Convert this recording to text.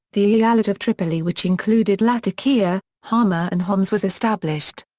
the eyalet of tripoli which included latakia, hama and homs was established.